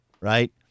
right